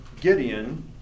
Gideon